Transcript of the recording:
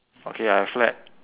okay I have flat